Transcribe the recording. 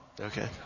Okay